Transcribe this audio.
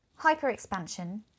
hyperexpansion